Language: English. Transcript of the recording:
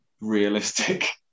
realistic